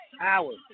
hours